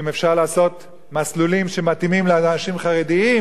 אם אפשר לעשות מסלולים שמתאימים לאנשים חרדים,